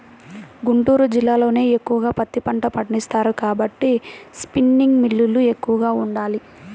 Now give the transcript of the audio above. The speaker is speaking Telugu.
గుంటూరు జిల్లాలోనే ఎక్కువగా పత్తి పంట పండిస్తారు కాబట్టి స్పిన్నింగ్ మిల్లులు ఎక్కువగా ఉండాలి